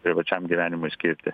privačiam gyvenimui skirti